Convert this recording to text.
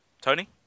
Tony